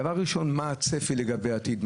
דבר ראשון, מה הצפי לגבי העתיד.